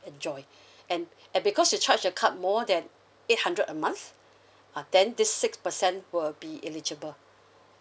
enjoy and and because you charge the card more than eight hundred a month uh then this six percent will be eligible